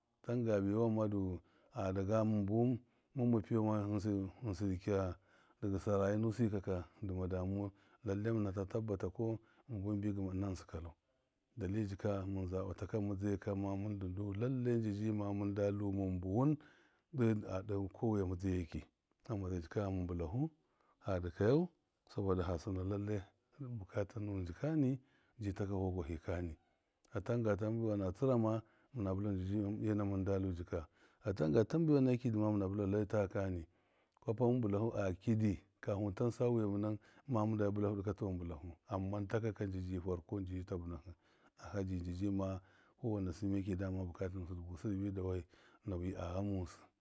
Tanga baiwan madu a daga mɨnbu wɨn mɨn ma piyɔma ghɨnsɨ-ghɨnsɨ dɨ kɨya dɨ gɨsa rayɨ nusɨ yɨkaka dɨma damuwau, lalle mɨnata tabbata ko mɨn buwɨn bɨ gɨma ɨna chɨnsɨ kalau, dalili dɨka mɨn zaɓa taka mɨdzai ma mɨndalu lalle njɨjɨ ma mɨndalu mɨn buwɨn ɗe a ɗe kowaiya mɨdzage kɨ hamba zaɨ jɨko mɨn bɨlalu ha dɨkayau sɔboda hasɨna lalle bukata nuwɨn jɨkanɨ jɨ taka vɔgwahɨ kanɨ hatanga tambe wana tsɨra ma mɨna bɨlahu njɨ ena mɨndalu jika, hatenga tambe wana kɨdɨ ma mɨna lalle takakanɨ kwapa mɨn bɨlalu a kɨdɨ kafɨn mɨn tansa wɨya mɨnam ma mɨnda bɨ bɨlafu ɗɨka to mɨn bɨlefu ama takaka njɨjɨ forko ndɨdɨ ta ⱱinahɨ hadɨ ndɨdɨ ma kowana sɨmeki dama bukata nusɨ dɨ busɨ dɨbɨ dawai nauyi a ghamusɨ.